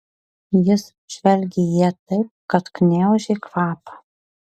jis žvelgė į ją taip kad gniaužė kvapą